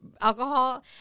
alcohol